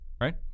Right